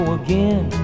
again